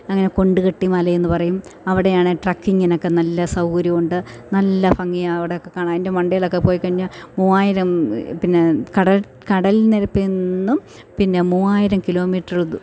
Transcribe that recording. അങ്ങനെ കൊണ്ടകെട്ടിമല എന്നു പറയും അവിടെയാണ് ട്രക്കിങ്ങിനൊക്കെ നല്ല സൗര്യവും ഉണ്ട് നല്ല ഭംഗിയാ അവിടെയൊക്കെ കാണാൻ അതിൻ്റെ മണ്ടയിലൊക്കെ പോയി കഴിഞ്ഞാൽ മൂവായിരം പിന്നെ കടൽ കടൽനിരപ്പിൽ നിന്നും പിന്നെ മൂവായിരം കിലോമീറ്റർകൾ